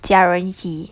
家人一起